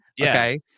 okay